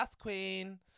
queen